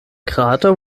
krater